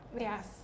Yes